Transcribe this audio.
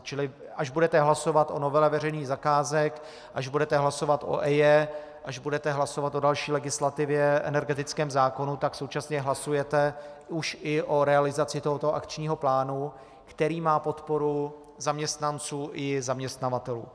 Čili až budete hlasovat o novele veřejných zakázek, až budete hlasovat o EIA, až budete hlasovat o další legislativě, energetickém zákonu, tak současně hlasujete už i o realizaci tohoto akčního plánu, který má podporu zaměstnanců i zaměstnavatelů.